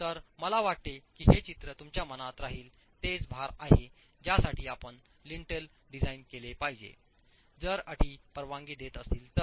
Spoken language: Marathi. तर मला वाटते की हे चित्र तुमच्या मनात राहील तेच भार आहे ज्यासाठी आपण लिंटल डिझाइन केले पाहिजे जर अटी परवानगी देत असतील तर